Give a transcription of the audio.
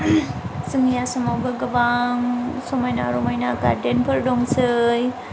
जोंनि आसामावबो गोबां समायना रमायना गार्डेनफोर दंसै